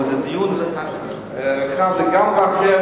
אבל זה דיון אחר לגמרי,